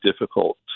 difficult